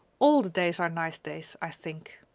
all the days are nice days, i think,